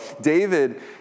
David